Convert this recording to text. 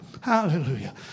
Hallelujah